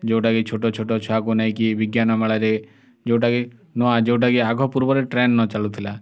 ଯୋଉଟାକି ଛୋଟ ଛୋଟ ଛୁଆକୁ ନେଇକି ବିଜ୍ଞାନ ମେଳାରେ ଯୋଉଟାକି ନୂଆ ଯୋଉଟା କି ଆଗ ପୂର୍ବରେ ଟ୍ରେନ୍ ନ ଚାଲୁଥିଲା